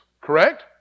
correct